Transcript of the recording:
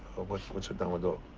what's what's a downward dog?